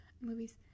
Movies